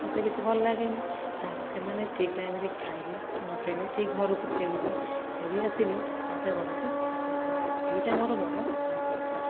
ମତେ କିଛି ଭଲ ଲାଗେନି ସେମାନେ ଠିକ୍ ଟାଇମ୍ରେ ଖାଇଲେ କି ନଖାଇଲେ କି ଠିକ୍ ଘରକୁ ଫେରିଲେ ଫେରି ଆସିଲେ ମତେ ବହୁତ ଆଶ୍ଵସ୍ତ ଲାଗେ ଏଇଟା ମୋର ବଡ଼ ଦୁର୍ବଳତା